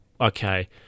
okay